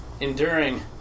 enduring